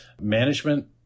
management